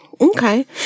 Okay